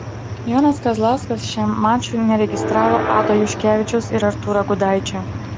jonas kazlauskas šiam mačui neregistravo ado juškevičiaus ir artūro gudaičio